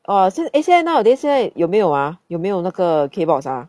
oh 现现在 nowadays 现在有没有啊有没有那个 K box ah